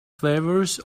favours